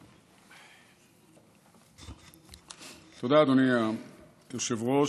תודה, אדוני היושב-ראש.